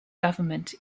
government